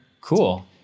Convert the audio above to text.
Cool